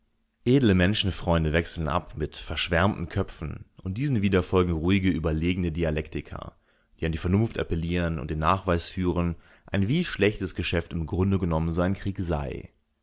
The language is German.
edle menschenfreunde wechseln ab mit verschwärmten köpfen und diesen wieder folgen ruhige überlegene dialektiker die an die vernunft appellieren und den nachweis führen ein wie schlechtes geschäft im grunde genommen so ein krieg sei